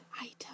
item